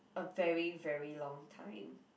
a very very long time